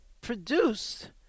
produced